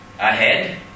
ahead